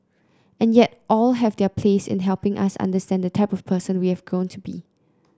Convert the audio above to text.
and yet all have their place in helping us understand the type of person we have grown to be